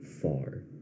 far